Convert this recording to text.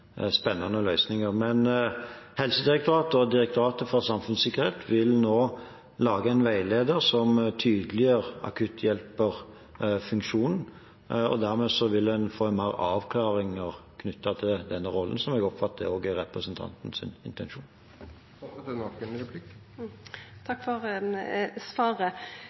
spennende løsninger. Men Helsedirektoratet og Direktoratet for samfunnssikkerhet og beredskap vil nå lage en veileder som tydeliggjør akutthjelperfunksjonen. Dermed vil en få flere avklaringer knyttet til denne rollen – som jeg oppfatter også er representantens intensjon. Takk for svaret.